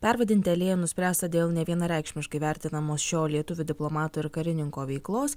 pervadinti alėją nuspręsta dėl nevienareikšmiškai vertinamos šio lietuvių diplomato ir karininko veiklos